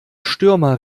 stürmer